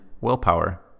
willpower